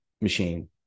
machine